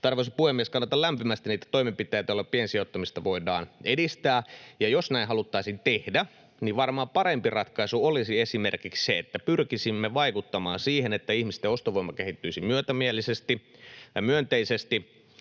Arvoisa puhemies! Kannatan lämpimästi niitä toimenpiteitä, joilla piensijoittamista voidaan edistää. Jos näin haluttaisiin tehdä, niin varmaan parempi ratkaisu olisi esimerkiksi se, että pyrkisimme vaikuttamaan siihen, että ihmisten ostovoima kehittyisi myötämielisesti ja myönteisesti